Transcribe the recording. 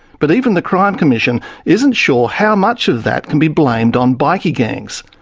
but even the crime commission isn't sure how much of that can be blamed on bikie gangs.